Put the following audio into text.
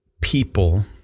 people